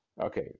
Okay